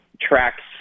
tracks